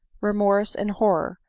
remorse and horror,